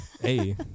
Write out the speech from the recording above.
Hey